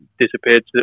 disappeared